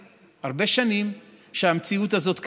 הרבה ימים, הרבה שנים שהמציאות הזאת קיימת.